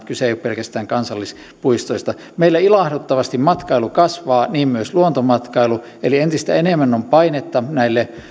kyse ei ole pelkästään kansallispuistoista meillä ilahduttavasti matkailu kasvaa niin myös luontomatkailu eli entistä enemmän on painetta näille